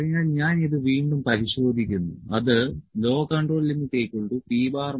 അതിനാൽ ഞാൻ ഇത് വീണ്ടും പരിശോധിക്കുന്നു അത് L